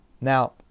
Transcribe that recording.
Now